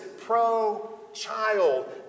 pro-child